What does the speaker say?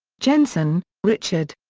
jensen, richard.